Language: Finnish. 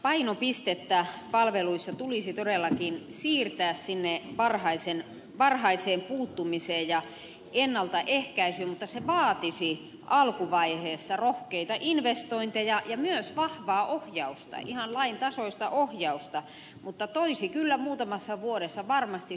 painopistettä palveluissa tulisi todellakin siirtää sinne varhaiseen puuttumiseen ja ennaltaehkäisyyn mutta se vaatisi alkuvaiheessa rohkeita investointeja ja myös vahvaa ohjausta ihan lain tasoista ohjausta mutta toisi kyllä muutamassa vuodessa varmasti säästöjä